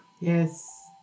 Yes